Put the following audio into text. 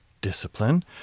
discipline